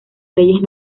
leyes